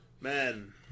Man